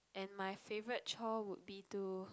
and my favorite chore would be to